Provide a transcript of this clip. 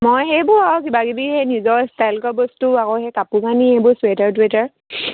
মই সেইবোৰ আউ কিবা কিবি সেই নিজৰ ষ্টাইল কৰা বস্তু আকৌ সেই কাপোৰ কানি সেইবোৰ চুৱেটাৰ টুৱেটাৰ